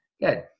Good